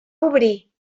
obrir